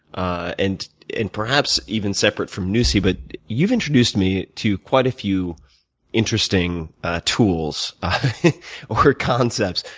ah and and perhaps even separate from nusi, but you've introduced me to quite a few interesting tools or concepts,